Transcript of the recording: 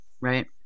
right